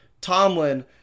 Tomlin